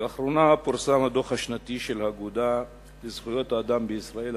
לאחרונה פורסם הדוח השנתי של האגודה לזכויות האזרח בישראל,